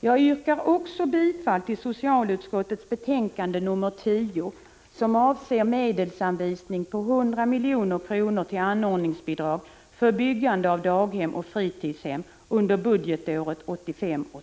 Jag yrkar också bifall till socialutskottets hemställan i betänkande nr 10, som avser medelsanvisning på 100 milj.kr. till anordningsbidrag för byggande av daghem och fritidshem under budgetåret 1985/86.